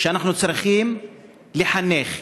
שאנחנו צריכים לחנך,